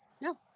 No